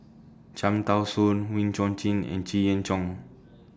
Cham Tao Soon Wee Chong Jin and Jenn Yee Jong